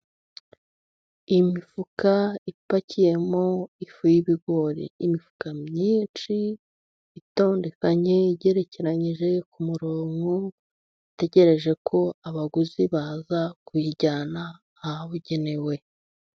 Imifuka ipakiyemo ifu y'ibigori, imifuka myinshi itondekanye, igerekeranyije ku murongo. Bategereje ko abaguzi baza kuyijyana ahabugenewe.